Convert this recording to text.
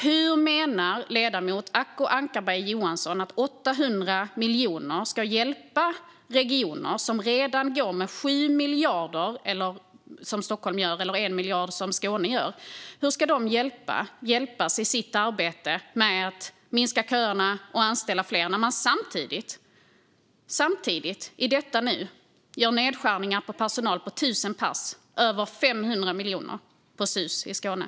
Hur menar ledamoten Acko Ankarberg Johansson att 800 miljoner ska hjälpa regioner som redan går med överskott - Stockholm med 7 miljarder och Skåne med 1 miljard - i deras arbete med att minska köerna och anställa fler när de samtidigt, i detta nu, gör nedskärningar bland personalen om 1 000 tjänster? På Sus i Skåne handlar det om över 500 miljoner kronor.